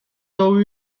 daou